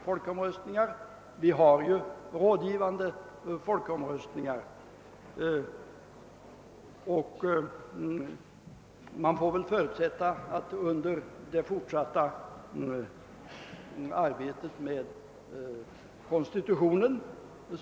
För närvarande förekommer endast rådgivande folkomröstningar, och man kan väl förutsätta att frågan tas upp i det fortsatta arbetet med konstitutionen.